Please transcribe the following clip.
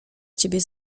ciebie